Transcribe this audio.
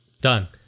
done